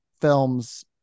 films